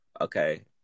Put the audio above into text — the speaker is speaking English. Okay